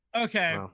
Okay